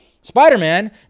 Spider-Man